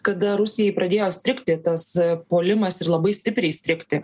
kada rusijai pradėjo strigti tas puolimas ir labai stipriai strigti